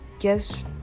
guess